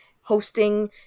hosting